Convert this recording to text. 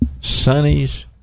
Sonny's